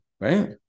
right